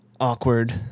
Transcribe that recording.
awkward